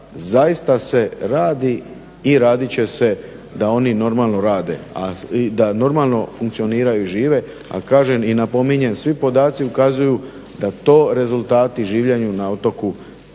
zaista se radi i radit će se da oni normalno rade, da normalno funkcioniraju i žive. Ali kažem i napominjem svi podaci ukazuju da to rezultati življenju na otoku